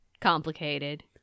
complicated